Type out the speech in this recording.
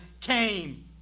came